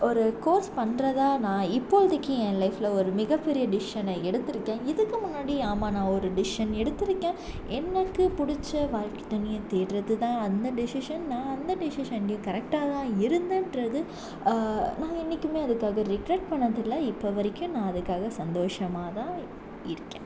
ஒரு கோர்ஸ் பண்ணுறதா நான் இப்பொழுதைக்கி என் லைஃபில் ஒரு மிக பெரிய டெசிஷன் எடுத்திருக்கேன் இதுக்கு முன்னாடி ஆமாம் நான் ஒரு டெசிஷன் எடுத்திருக்கேன் எனக்கு புடிச்ச வாழ்க்கைத்துணையை தேடுறதுதான் அந்த டெசிஷன் நான் அந்த டெசிஷன்லேயும் கரெக்டாக தான் இருந்தேன்றது நா என்னைக்கும் அதுக்காக ரிக்ரேட் பண்ணதில்லை இப்போ வரைக்கும் நான் அதுக்காக சந்தோஷமாக தான் இருக்கேன்